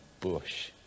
bush